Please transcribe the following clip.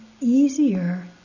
easier